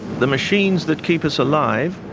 the machines that keep us alive,